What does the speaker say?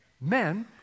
Men